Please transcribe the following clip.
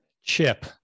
Chip